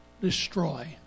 destroy